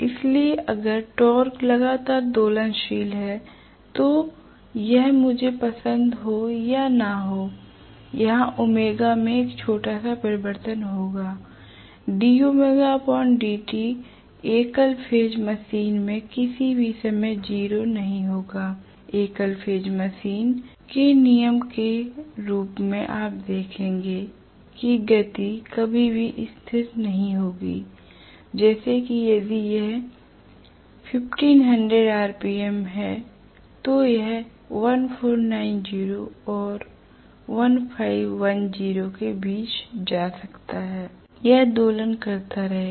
इसलिएअगर torque लगातार दोलनशील है तो यह मुझे यह पसंद हो या नहीं यहां ओमेगा में एक छोटा सा परिवर्तन होगा एकल फेज मशीन में किसी भी समय 0 नहीं होगा l एकल फेज मशीन में नियम के रूप में आप देखेंगे कि गति कभी भी स्थिर नहीं होगी जैसे कि यदि यह 1500 आरपीएम है तो यह 1490 और 1510 के बीच जा सकता है यह दोलन करता रहेगा